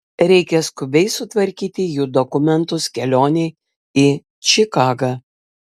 reikia skubiai sutvarkyti jų dokumentus kelionei į čikagą